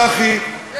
צחי,